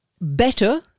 better